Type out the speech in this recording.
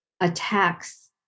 attacks